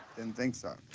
and think so.